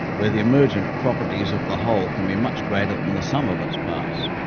where the emergent properties of the whole can be much greater than the sum of its parts.